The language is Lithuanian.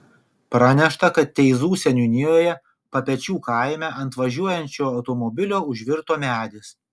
pranešta kad teizų seniūnijoje papečių kaime ant važiuojančio automobilio užvirto medis